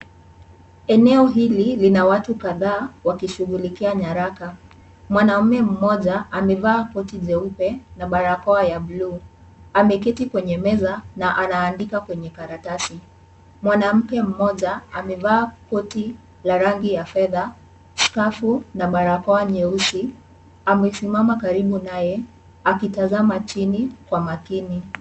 Eneo hili lina watu kadhaa wakishughulikia nyaraka. Mwanaume mmoja amevaa koti jeupe na barakoa ya blue ameketi kwenye meza na anaandika kwenye karatasi. Mwanamke mmoja amevaa koti la rangi ya fedha, skafu na barakoa nyeusi amesimama karibu naye akitazama chini kwa makini.